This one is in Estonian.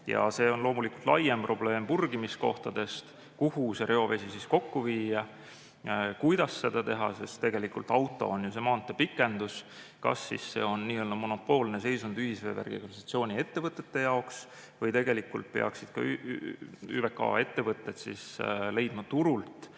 See on loomulikult laiem probleem purgimiskohtadest, kuhu see reovesi kokku viia ja kuidas seda teha, sest tegelikult auto on jua see maantee pikendus. Kas see on nii-öelda monopoolne seisund ühisveevärgi ja ‑kanalisatsiooni ettevõtete jaoks või tegelikult peaksid ÜVK ettevõtted leidma turult